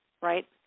right